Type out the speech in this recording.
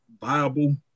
viable